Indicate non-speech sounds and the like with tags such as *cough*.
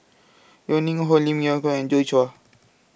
Yeo Ning Hong Lim Leong Geok and Joi Chua *noise*